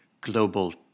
global